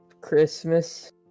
Christmas